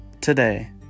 Today